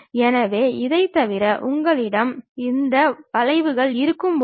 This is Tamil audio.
எனவே இதைத் தவிர உங்களிடம் இந்த வளைவுகள் இருக்கும்போது